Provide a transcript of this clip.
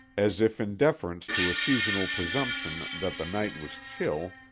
as if in deference to a seasonal presumption that the night was chill,